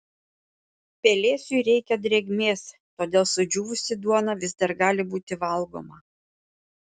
pelėsiui reikia drėgmės todėl sudžiūvusi duona vis dar gali būti valgoma